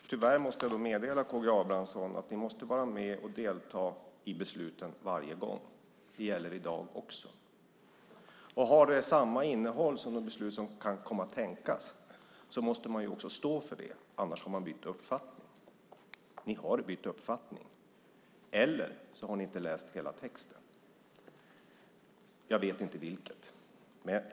Herr talman! Tyvärr måste jag meddela K G Abramsson att vi måste delta i besluten varje gång. Det gäller i dag också. Om det har samma innehåll som de beslut som kan tänkas komma måste man stå för det, annars får man byta uppfattning. Ni har bytt uppfattning, eller också har ni inte läst hela texten. Jag vet inte vilket.